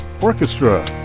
Orchestra